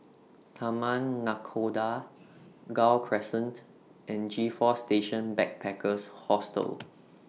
Taman Nakhoda Gul Crescent and G four Station Backpackers Hostel